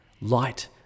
light